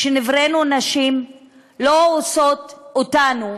שנבראנו נשים לא עושה אותנו